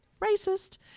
Racist